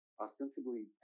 ostensibly